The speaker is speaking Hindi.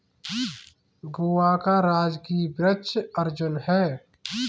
गोवा का राजकीय वृक्ष अर्जुन है